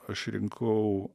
aš rinkau